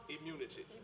immunity